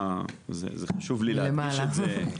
חשוב לי להדגיש את זה.